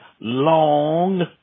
long